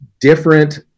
different